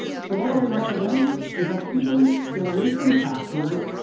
so what do i recommend is that people get away from passwords,